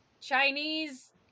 Chinese